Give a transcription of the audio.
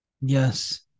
Yes